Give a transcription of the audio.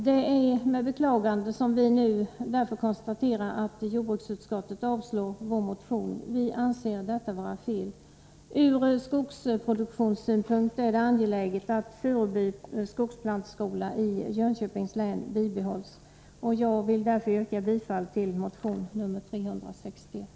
Det är med beklagande vi nu konstaterar att jordbruksut skottet avstyrker vår motion. Vi anser detta vara fel. Från skogsproduktionssynpunkt är det angeläget att Furuby skogsplantskola i Jönköpings län bibehålls. Jag yrkar därför bifall till motion nr 361.